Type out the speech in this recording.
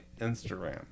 Instagram